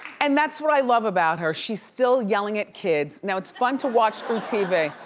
and that's what i love about her. she's still yelling at kids. now it's fun to watch on tv.